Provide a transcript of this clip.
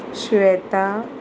Shweta